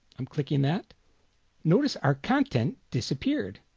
i'm clicking that notice our content disappeared.